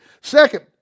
Second